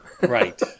Right